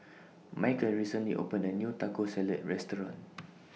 Micheal recently opened A New Taco Salad Restaurant